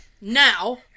Now